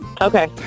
Okay